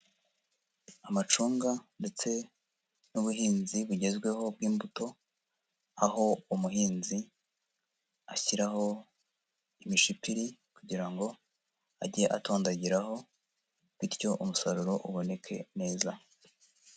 Amacunga ndetse n'ubuhinzi bugezweho bw'imbuto, aho umuhinzi ashyiraho imishipiri kugira ngo ajye atondagiraho, bityo umusaruro uboneke neza.